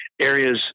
areas